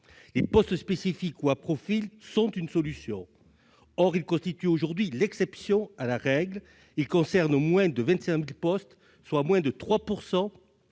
Les postes spécifiques ou à profil sont une solution. Ils constituent pourtant l'exception à la règle en concernant moins de 25 000 postes, soit moins de 3 %